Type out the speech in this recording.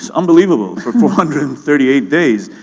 so unbelievable, for four hundred and thirty eight days.